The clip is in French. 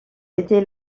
était